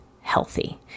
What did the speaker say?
healthy